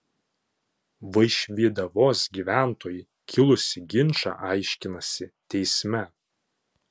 vaišvydavos gyventojai kilusį ginčą aiškinasi teisme